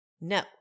No